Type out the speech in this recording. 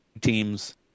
teams